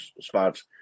spots